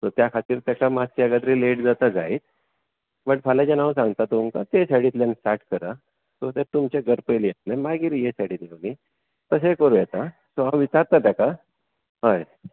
so त्या खातीर ताका मातशे एकाद्री लेट जाता जायत बट फाल्यांच्यान हांव सांगतां तुमकां ते सायडींतल्यान स्टार्ट करा सो दॅट तुमचें घर पयलीं येतलें मागीर हे सायडीतलीं येतलीं तशेंय करूं येता सो हांव विचारतां ताका हय